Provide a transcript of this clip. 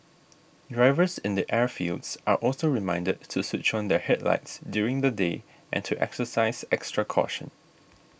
drivers in the airfields are also reminded to switch on their headlights during the day and to exercise extra caution